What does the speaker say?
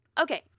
Okay